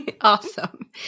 Awesome